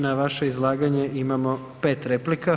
Na vaše izlaganje imamo 5 replika.